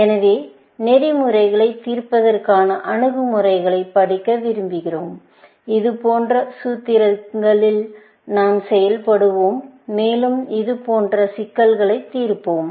எனவே நெறிமுறைகளை தீர்ப்பதற்கான அணுகுமுறைகளைப் படிக்க விரும்புகிறோம் இது போன்ற சூத்திரங்களில் நாம் செயல்படுவோம் மேலும் இது போன்ற சிக்கல்களை தீர்ப்போம்